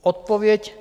Odpověď...